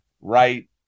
right